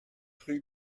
rue